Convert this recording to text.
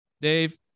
Dave